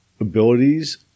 abilities